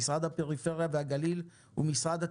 משרד הפריפריה והגליל ומשרד התיירות.